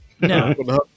No